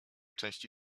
części